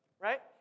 Right